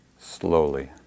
Slowly